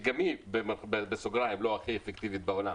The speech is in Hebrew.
שגם היא לא הכי אפקטיבית בעולם,